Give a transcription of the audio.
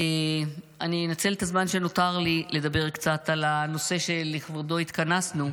אני אנצל את הזמן שנותר לי לדבר קצת על הנושא שלכבודו התכנסנו.